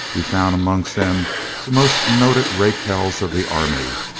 he found amongst them the most noted rake-hells of the army.